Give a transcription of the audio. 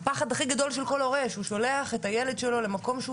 הפחד הכי גדול של כל הורה הוא שהוא שולח את הילד שלו למקום שהוא